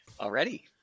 Already